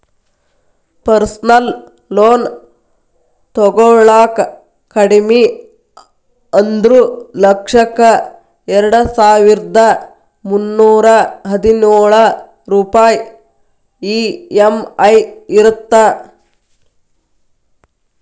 personal loan ತೊಗೊಳಾಕ ಕಡಿಮಿ ಅಂದ್ರು ಲಕ್ಷಕ್ಕ ಎರಡಸಾವಿರ್ದಾ ಮುನ್ನೂರಾ ಹದಿನೊಳ ರೂಪಾಯ್ ಇ.ಎಂ.ಐ ಇರತ್ತ